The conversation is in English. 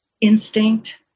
instinct